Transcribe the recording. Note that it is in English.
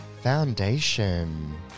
Foundation